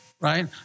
Right